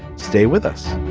stay with us